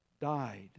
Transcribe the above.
died